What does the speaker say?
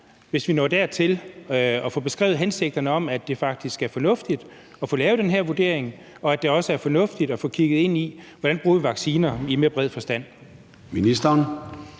hvis vi når dertil, at få beskrevet hensigterne om, at det faktisk er fornuftigt at få lavet den her vurdering, og at det også er fornuftigt at få kigget ind i, hvordan vi bruger vacciner i mere bred forstand.